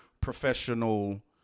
professional